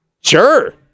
Sure